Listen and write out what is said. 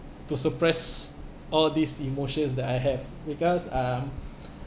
to suppress all these emotions that I have because um